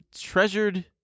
treasured